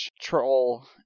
troll